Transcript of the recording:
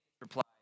replied